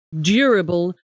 durable